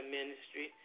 Ministry